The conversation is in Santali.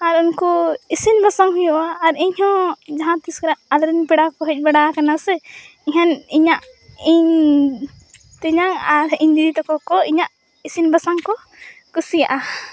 ᱟᱨ ᱩᱱᱠᱚ ᱤᱥᱤᱱᱼᱵᱟᱥᱟᱝ ᱦᱩᱭᱩᱜᱼᱟ ᱟᱨ ᱤᱧᱦᱚᱸ ᱡᱟᱦᱟᱸᱛᱤᱥᱨᱮ ᱟᱞᱮᱨᱮᱱ ᱯᱮᱲᱟᱠᱚ ᱦᱮᱡ ᱵᱟᱲᱟᱣᱟᱠᱟᱱᱟ ᱥᱮ ᱮᱠᱷᱟᱱ ᱤᱧᱟᱹᱜ ᱤᱧ ᱛᱮᱭᱟᱝ ᱟᱨ ᱤᱧ ᱫᱤᱫᱤᱛᱟᱠᱚᱠᱚ ᱤᱧᱟᱹᱜ ᱤᱥᱤᱱᱼᱵᱟᱥᱟᱝᱠᱚ ᱠᱩᱥᱤᱭᱟᱜᱼᱟ